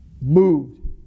Moved